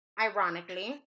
ironically